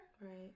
Right